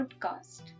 podcast